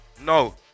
No